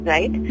Right